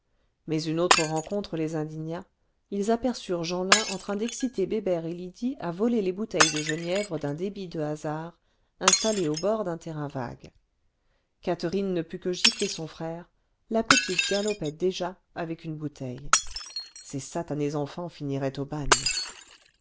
mais une autre rencontre les indigna ils aperçurent jeanlin en train d'exciter bébert et lydie à voler les bouteilles de genièvre d'un débit de hasard installé au bord d'un terrain vague catherine ne put que gifler son frère la petite galopait déjà avec une bouteille ces satanés enfants finiraient